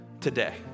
today